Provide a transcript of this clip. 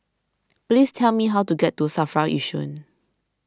please tell me how to get to Safra Yishun